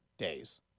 days